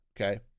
okay